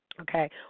Okay